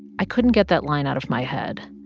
i couldn't get that line out of my head.